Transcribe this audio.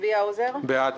צבי האוזר, בעד.